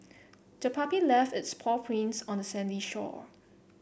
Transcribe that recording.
the puppy left its paw prints on the sandy shore